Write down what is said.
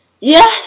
Yes